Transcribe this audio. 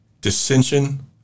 dissension